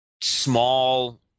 small